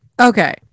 okay